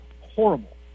horrible